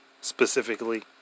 specifically